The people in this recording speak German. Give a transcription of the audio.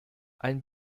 ein